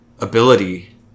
ability